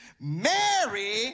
Mary